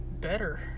better